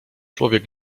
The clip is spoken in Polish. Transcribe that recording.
człowiek